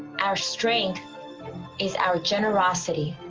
our strength is our generosity